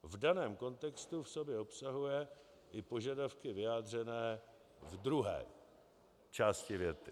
V daném kontextu v sobě obsahuje i požadavky vyjádřené v druhé části věty.